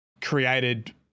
created